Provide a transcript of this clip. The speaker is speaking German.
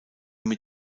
mit